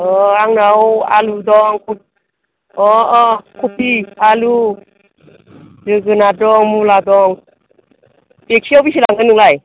अह आंनाव आलु दं खब अह अह खफि आलु जोगोनार दं मुला दं बेगसेयाव बेसे लांगोन नोंलाय